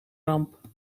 ramp